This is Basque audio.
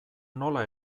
nola